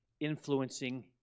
influencing